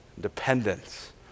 dependence